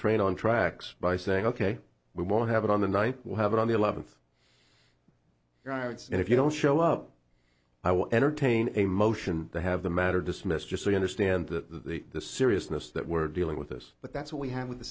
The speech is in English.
trade on tracks by saying ok we won't have it on the night we'll have it on the eleventh riots and if you don't show up i will entertain a motion to have the matter dismissed just so we understand that the seriousness that we're dealing with us but that's what we have with